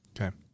Okay